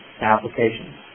applications